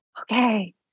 okay